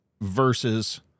versus